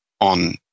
on